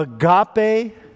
agape